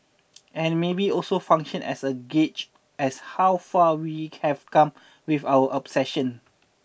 and maybe also function as a gauge as how far we have come with our obsession